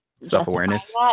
self-awareness